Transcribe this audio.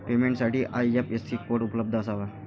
पेमेंटसाठी IFSC code उपलब्ध असावा